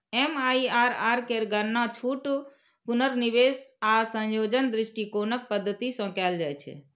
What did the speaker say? MIRR केर गणना छूट, पुनर्निवेश आ संयोजन दृष्टिकोणक पद्धति सं कैल जाइ छै